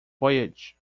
voyage